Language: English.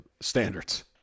standards